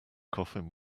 coffin